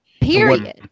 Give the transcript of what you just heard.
period